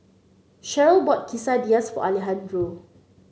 Cheryl bought Quesadillas for Alejandro